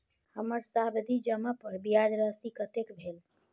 हमर सावधि जमा पर ब्याज राशि कतेक भेल?